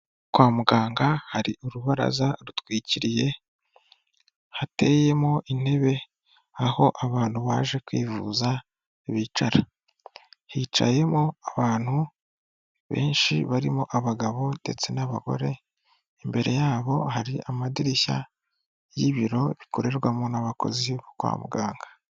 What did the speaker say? Kwa muganga hari urubaraza rutwikiriye hateyemo intebe, aho abantu baje kwivuza bicara. Hicayemo abantu benshi barimo abagabo ndetse n'abagore, imbere yabo hari amadirishya y'ibiro bikorerwamo n'abakozi bo kwa muganga.